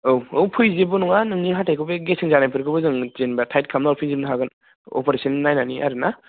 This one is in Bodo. औ औ फै जेबो नङा नोंनि हाथाइखौ बे गेसे जानायफोरखौबो जों जेनेबा टाइट खालामना होफिनजोबनो हागोन अपारेसन नायनानै आरो ना